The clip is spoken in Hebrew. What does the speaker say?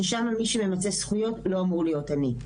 ששם מי שממצה זכויות לא אמור להיות עני.